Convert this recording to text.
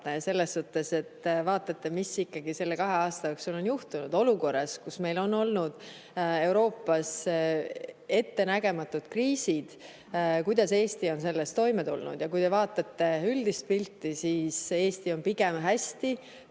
selles suhtes, et vaatate, mis ikkagi selle kahe aasta jooksul on juhtunud olukorras, kus meil on Euroopas olnud ettenägematud kriisid, ja kuidas Eesti on selles toime tulnud. Kui te vaatate üldist pilti, siis Eesti on pigem hästi